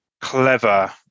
clever